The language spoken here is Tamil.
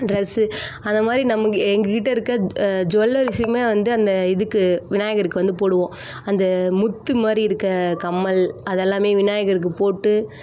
ட்ரெஸ்ஸு அந்தமாதிரி நமக்கு எங்கள் கிட்டே இருக்கற ஜுவல்லரிஸுயுமே வந்து அந்த இதுக்கு விநாயகருக்கு வந்து போடுவோம் அந்த முத்துமாதிரி இருக்கற கம்மல் அதெல்லாமே விநாயகருக்கு போட்டு